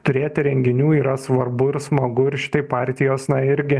turėti renginių yra svarbu ir smagu ir šitai partijos na irgi